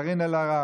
קארין אלהרר,